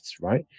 right